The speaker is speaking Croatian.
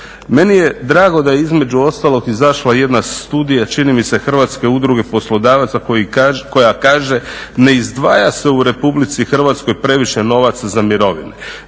Meni je drago da je između ostalog izašla jedna studija čini mi se Hrvatske udruge poslodavaca koja kaže ne izdvaja se u RH previše novaca za mirovine,